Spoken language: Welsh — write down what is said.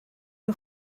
nhw